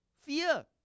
fear